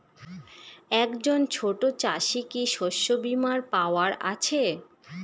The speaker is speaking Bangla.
একজন ছোট চাষি কি শস্যবিমার পাওয়ার আছে?